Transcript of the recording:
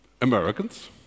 Americans